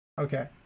Okay